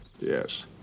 Yes